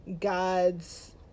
God's